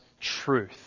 truth